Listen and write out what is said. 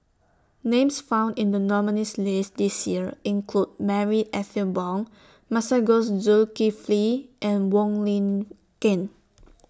Names found in The nominees' list This Year include Marie Ethel Bong Masagos Zulkifli and Wong Lin Ken